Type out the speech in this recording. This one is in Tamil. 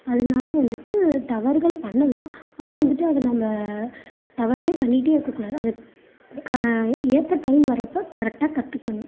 அதனால வந்துவிட்டு தவறுகள் பண்ணலாம் ஆனால் வந்துட்டு அதை நம்ப தவறே பண்ணிக்கிட்டே இருக்க கூடாது அதுக்கான ஏற்ற டைம் வரப்போ கரெக்டாக கற்றுக்கணும்